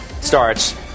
starts